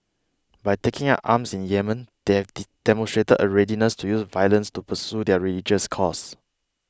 by taking up arms in Yemen they have demonstrated a readiness to use violence to pursue their religious cause